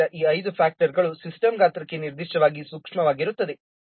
ಆದ್ದರಿಂದ ಈ ಐದು ಫ್ಯಾಕ್ಟರ್ಗಳು ಸಿಸ್ಟಮ್ ಗಾತ್ರಕ್ಕೆ ನಿರ್ದಿಷ್ಟವಾಗಿ ಸೂಕ್ಷ್ಮವಾಗಿರುತ್ತವೆ